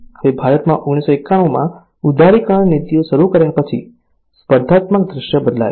હવે ભારતમાં 1991 માં ઉદારીકરણ નીતિઓ શરૂ થયા પછી સ્પર્ધાત્મક દૃશ્ય બદલાયું